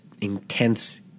intense